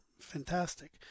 Fantastic